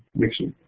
mixing.